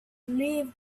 leave